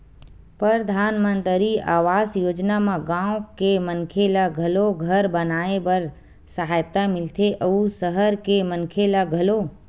परधानमंतरी आवास योजना म गाँव के मनखे ल घलो घर बनाए बर सहायता मिलथे अउ सहर के मनखे ल घलो